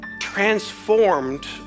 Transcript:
transformed